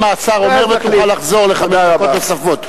תשמע מה השר אומר ותוכל לחזור לחמש דקות נוספות.